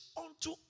unto